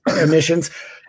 emissions